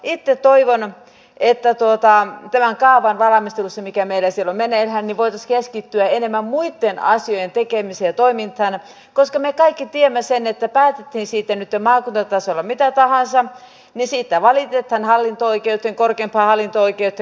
itse toivon että tämän kaavan valmistelussa mikä meillä siellä on meneillään voitaisiin keskittyä enemmän muitten asioiden tekemiseen ja toimintaan koska me kaikki tiedämme sen että päätettiin siitä nytten maakuntatasolla mitä tahansa niin siitä valitetaan hallinto oikeuteen korkeimpaan hallinto oikeuteen